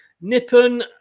Nippon